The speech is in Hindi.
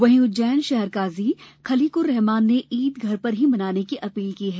वहीं उज्जैन शहर काजी खलिकुर्रहमान ने ईद घर पर ही मनाने की अपील की है